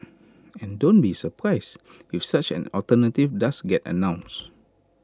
and don't be surprised if such an alternative does get announced